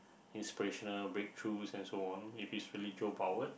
inspirational break through and so on if it's really